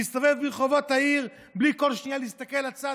להסתובב ברחובות העיר בלי כל שנייה להסתכל לצד,